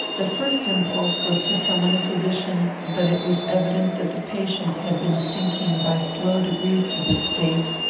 the first impulse was to summon a physician but it was evident that the patient had been sinking by slow degrees to this state,